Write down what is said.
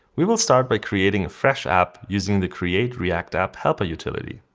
we will start by creating a fresh app using the create react app helper utility.